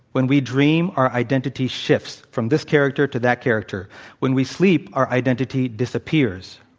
when we dream, our identity shifts from this character to that character. when we sleep, our identity disappears.